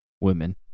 Women